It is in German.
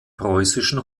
preußischen